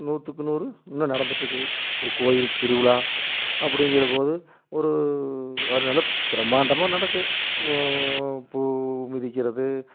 நூற்றுக்கு நூறு இன்னும் நடந்துட் இருக்குது ஒரு கோயில் திருவிழா அப்படிங்கிறபோது ஒரு ஓரளவுக்கு பிரமாண்டமாக நடக்கும் பூ மிதிக்கிறது